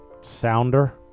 Sounder